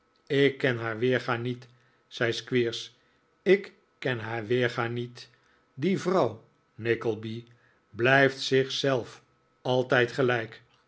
ik ken haar weerga niet zai squeers ik ken haar weerga niet die vrouw nickleby blijft zich zelf altijd gelijk